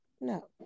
no